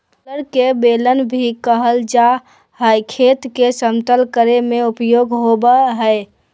roller के बेलन भी कहल जा हई, खेत के समतल करे में प्रयोग होवअ हई